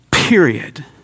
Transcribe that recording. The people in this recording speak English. Period